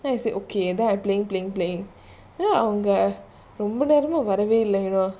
then I say okay then I playing playing playing then அவங்கரொம்பநேரமாவரவேஇல்ல:avanga romba nerama varave illa